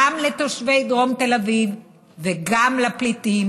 גם לתושבי דרום תל אביב וגם לפליטים